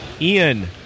Ian